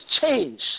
change